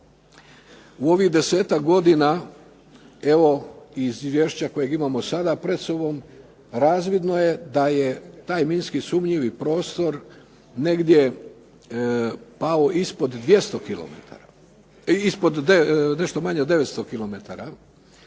U ovih 10-ak godina, evo iz izvješća koje imamo sada pred sobom razvidno je da je taj minski sumnjivi prostor negdje pao ispod 200 kilometara, ispod nešto manje od 900